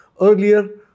earlier